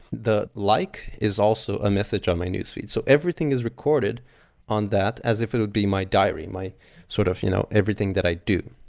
the like is also a message on my newsfeed. so everything is recorded on that as if it would be my diary, sort of you know everything that i do.